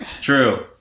true